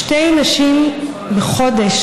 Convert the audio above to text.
שתי נשים בחודש,